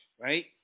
right